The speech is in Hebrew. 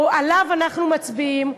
שעליו אנחנו מצביעים,